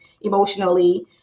emotionally